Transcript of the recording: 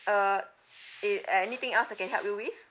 uh i~ a~ anything else I can help you with